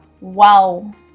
wow